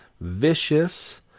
Vicious